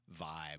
vibe